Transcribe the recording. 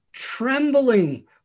Trembling